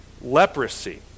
leprosy